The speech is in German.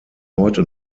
heute